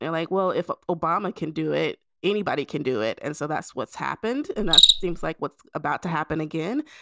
yeah like, well, if ah obama can do it, anybody can do it. and so that's what's happened. and that seems like what's about to happen again.